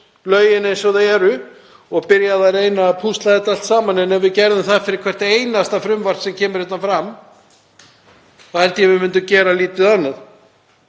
lögin eins og þau eru og byrjað að reyna að púsla þessu öllu saman en ef við gerðum það fyrir hvert einasta frumvarp sem kemur hérna fram held ég að við myndum gera lítið annað.